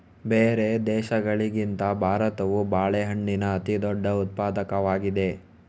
ಬೇರೆ ದೇಶಗಳಿಗಿಂತ ಭಾರತವು ಬಾಳೆಹಣ್ಣಿನ ಅತಿದೊಡ್ಡ ಉತ್ಪಾದಕವಾಗಿದೆ